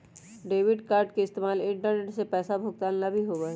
debit card के इस्तेमाल internet से पैसा भुगतान ला भी होबा हई